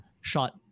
shot